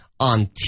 On